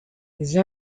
these